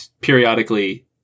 periodically